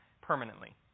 permanently